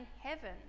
heaven